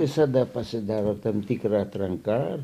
visada pasidaro tam tikra atranka